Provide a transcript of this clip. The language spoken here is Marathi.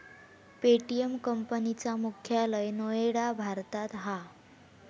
पे.टी.एम कंपनी चा मुख्यालय नोएडा भारतात हा